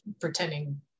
pretending